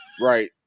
Right